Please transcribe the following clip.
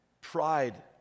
pride